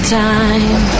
time